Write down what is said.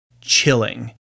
chilling